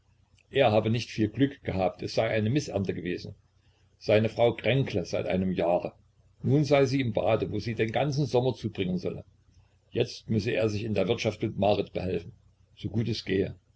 er habe nicht viel glück gehabt es sei eine mißernte gewesen seine frau kränkle seit einem jahre nun sei sie im bade wo sie den ganzen sommer zubringen solle jetzt müsse er sich in der wirtschaft mit marit behelfen so gut es gehe